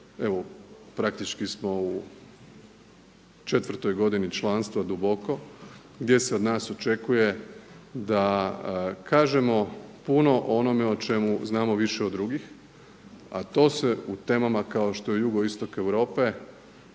evo praktički smo u četvrtoj godini članstva duboko, gdje se od nas očekuje da kažemo puno o onome o čemu znamo više od drugih, a to se u temama kao što je Jugoistok Europe